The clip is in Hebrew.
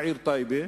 בעיר טייבה.